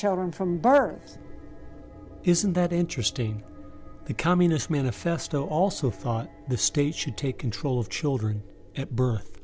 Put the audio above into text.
children from birth isn't that interesting the communist manifesto also thought the state should take control of children at birth